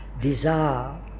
desire